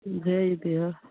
ई भेज दिहऽ